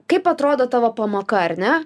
kaip atrodo tavo pamoka ar ne